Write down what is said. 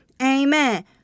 Amen